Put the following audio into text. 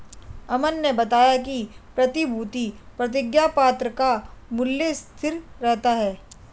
अमन ने बताया कि प्रतिभूति प्रतिज्ञापत्र का मूल्य स्थिर रहता है